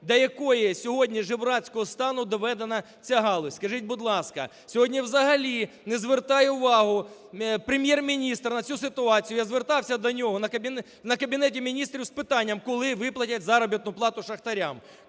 До якого сьогодні жебрацького стану доведена ця галузь, скажіть, будь ласка. Сьогодні взагалі не звертає увагу Прем'єр-міністр на цю ситуацію. Я звертався до нього на Кабінеті Міністрів з питанням, коли виплатять заробітну плату шахтарям.